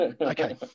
Okay